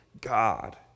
God